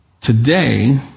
Today